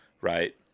right